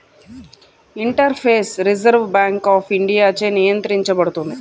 interface reserve bank of ఇండియాచే నియంత్రించబడుతుంది